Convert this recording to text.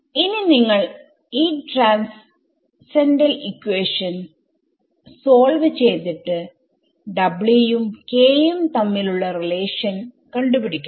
ഇനി നിങ്ങൾ ഈ ട്രാൻസെൻഡൽ ഇക്വേഷൻ സോൾവ് ചെയ്തിട്ട് ഉം k ഉം തമ്മിലുള്ള റിലേഷൻ കണ്ട്പിടിക്കണം